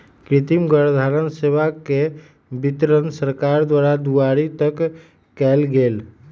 कृतिम गर्भधारण सेवा के वितरण सरकार द्वारा दुआरी तक कएल गेल